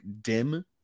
dim